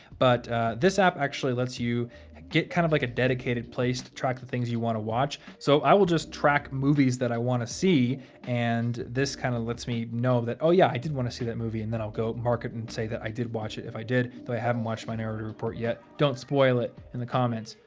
but this app actually lets you ah get kind of like a dedicated place to track the things you wanna watch. so i will just track movies that i wanna see and this kinda kind of lets me know that, oh yeah, i did wanna see that movie and then i'll go mark it and say that i did watch it if i did, but i haven't watched minority report yet. don't spoil it in the comments.